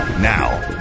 Now